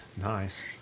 Nice